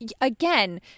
again